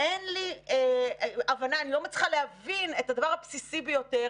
אני לא מצליחה להבין את הדבר הבסיסי ביותר,